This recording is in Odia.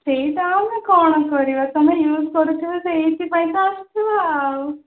ସେଇଟା ଆମେ କ'ଣ କରିବା ତମେ ଇଉଜ୍ କରୁଛ ସେଇଥିପାଇଁ ତ ଆସୁଥିଲା ଆଉ